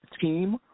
team